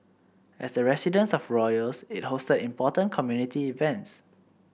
as the residence of royals it hosted important community events